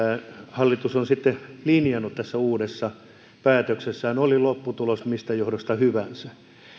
hallitus on sitten linjannut tässä uudessa päätöksessään oli lopputulos mistä johdosta hyvänsä